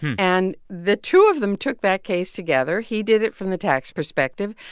and the two of them took that case together. he did it from the tax perspective,